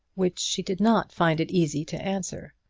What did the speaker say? which she did not find it easy to answer.